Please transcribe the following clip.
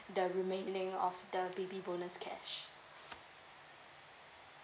the remaining of the baby bonus cash